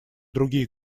другие